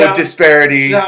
disparity